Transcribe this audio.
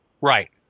Right